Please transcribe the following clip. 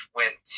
went